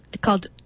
called